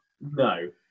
No